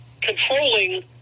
controlling